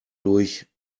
durch